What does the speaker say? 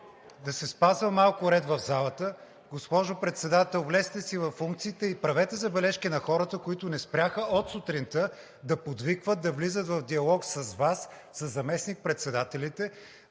да се спазва малко ред в залата. Госпожо Председател, влезте си във функциите и правете забележки на хората, които не спряха от сутринта да подвикват, да влизат в диалог с Вас, със заместник-председателите.